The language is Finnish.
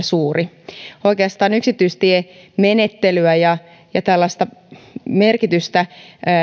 suuri oikeastaan yksityistiemenettelyä ja ja tällaista merkitystä